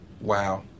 Wow